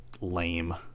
lame